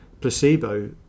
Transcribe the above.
placebo